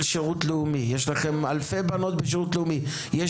השירות הלאומי יש לכם אלפי בנות בשירות לאומי יש